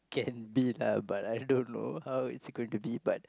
can be lah but I don't know how it's going to be but